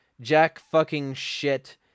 jack-fucking-shit